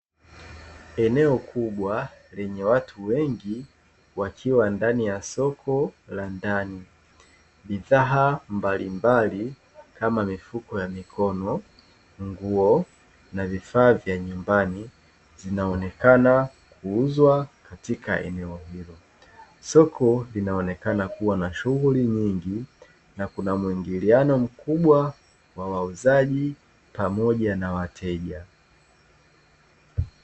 Eneo kubwa lenye watu wengi kuachiwa ndani ya soko la ndani, bidhaa mbalimbali kama mifuko ya mikono, nguo na vifaa vya nyumbani zinaonekana kuuzwa katika eneo hilo. Soko linaonekana kuwa na shughuli nyingi na kuna mwingiliano mkubwa wa wauzaji pamoja na wateja.